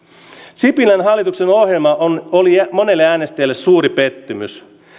sipilän hallituksen ohjelma oli monelle äänestäjälle suuri pettymys